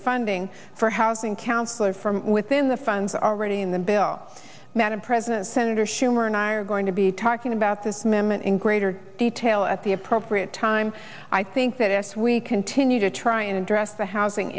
funding for housing counselor from within the funds already in the bill madam president senator schumer and i are going to be talking about this mehmet in greater detail at the appropriate time i think that as we continue to try and address the housing